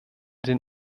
den